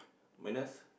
minus